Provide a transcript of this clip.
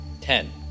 Ten